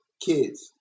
kids